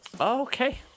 okay